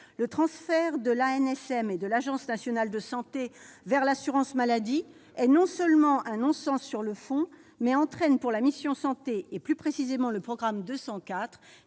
Le transfert de l'ANSM et de l'ANSP vers l'assurance maladie est non seulement un non-sens sur le fond, mais entraîne, pour la mission « Santé », et plus précisément pour le programme 204,